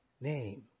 name